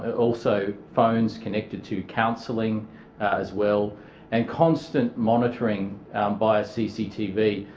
ah also phones connected to counselling as well and constant monitoring via cctv,